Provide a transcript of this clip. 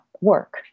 work